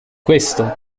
questo